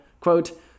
Quote